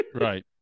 Right